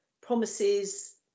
promises